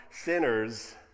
sinners